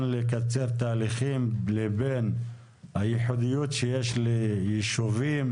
לקצר תהליכים לבין הייחודיות שיש לישובים,